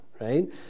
right